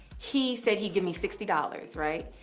he said he'd give me sixty dollars, right?